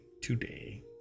Today